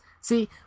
See